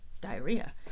diarrhea